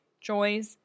joys